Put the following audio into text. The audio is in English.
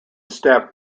step